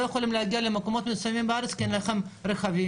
יכולים להגיע למקומות מסוימים בארץ כי אין לכם רכבים,